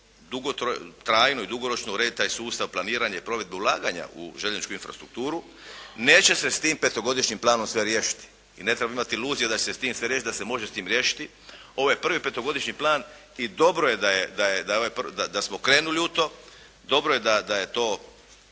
trajno i dugoročno urediti taj sustav planiranje i provedbu ulaganja u željezničku infrastrukturu. Neće se sa tim, petogodišnjim planom sve riješiti i ne treba imati iluzije da će se sa time sve riješiti, da se može sa tim riješiti. Ovaj prvi petogodišnji plan i dobro je da je, da smo krenuli u to, dobro je da je to,